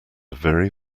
very